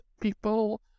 people